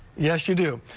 yes, you do.